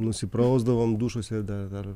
nusiprausdavom dušuose ir dar dar